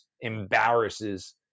embarrasses